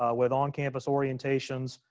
ah with on campus orientations,